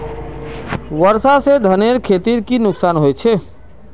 वर्षा से धानेर खेतीर की नुकसान होचे?